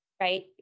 right